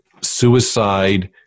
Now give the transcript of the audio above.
suicide